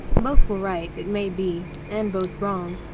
both were right, it may be, and both wrong,